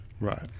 right